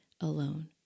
alone